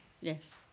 Yes